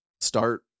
start